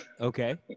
okay